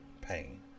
pain